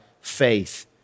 faith